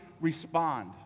respond